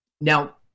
Now